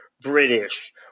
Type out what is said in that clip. British